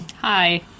Hi